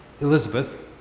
Elizabeth